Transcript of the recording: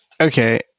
Okay